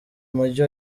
mujyi